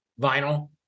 vinyl